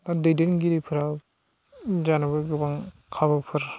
एबा दैदेनगिरिफोरा जानोब्ला गोबां खाबुफोर